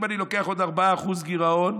אם אני לוקח עוד 4% גירעון,